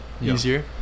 Easier